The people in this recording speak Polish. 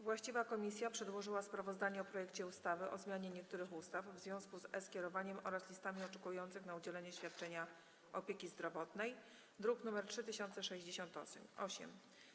Właściwa komisja przedłożyła sprawozdanie o projekcie ustawy o zmianie niektórych ustaw w związku z e-skierowaniem oraz listami oczekujących na udzielenie świadczenia opieki zdrowotnej, druk nr 3068.